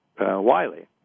Wiley